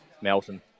Melton